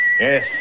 Yes